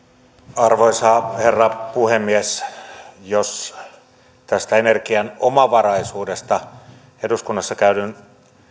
arvoisa herra puhemies jos tästä energian omavaraisuudesta eduskunnassa käydyn